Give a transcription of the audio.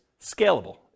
scalable